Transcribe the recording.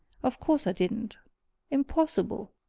of course i didn't impossible!